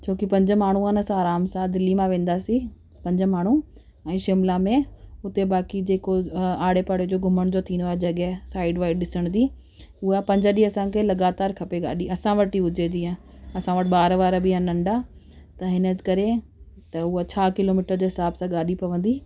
छोकी पंज माण्हू आहिनि असां आराम सां दिल्ली मां वेंदासीं पंज माण्हू ऐं शिमला में हुते बाक़ी जेको आड़े पाड़े जो घुमण जो थींदो आहे जॻहि साइड वाइड ॾिसण जी उहा पंज ॾींहं असांखे लॻातारि खपे गाॾी असां वटि ई हुजे जीअं असां वटि ॿार वार बि आहिनि नंढा त हिन करे त उहा छा किलोमीटर जे हिसाब सां गाॾी पवंदी